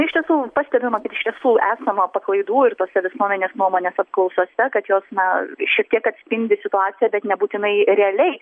iš tiesų pastebima kad iš tiesų esama paklaidų ir tose visuomenės nuomonės apklausose kad jos na šiek tiek atspindi situaciją bet nebūtinai realiai